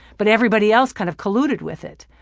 but everybody else kind of colluded with it.